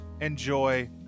enjoy